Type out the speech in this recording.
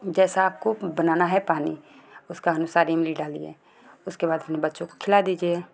जैसा आपको बनाना है पानी उसका अनुसार इमली डालिए उसके बाद बच्चों को खिला दीजिए